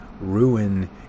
Ruin